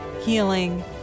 healing